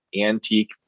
antique